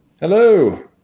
Hello